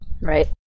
Right